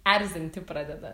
erzinti pradeda